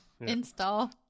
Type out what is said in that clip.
Install